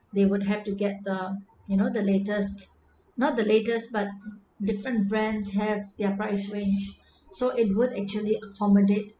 they would have to get the you know the latest not the latest but di~ different brands have their price range so it would actually accommodate